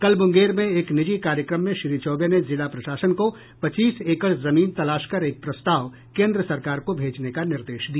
कल मूंगेर में एक निजी कार्यक्रम में श्री चौबे ने जिला प्रशासन को पच्चीस एकड़ जमीन तलाश कर एक प्रस्ताव केन्द्र सरकार को भेजने का निर्देश दिया